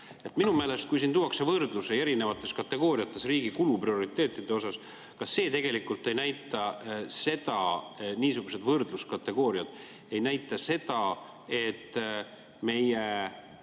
Minu meelest, kui siin tuuakse võrdlusi erinevates kategooriates riigi kuluprioriteetide kohta, kas tegelikult niisugused võrdluskategooriad ei näita seda, et meie